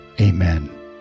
amen